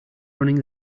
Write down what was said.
running